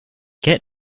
get